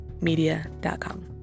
media.com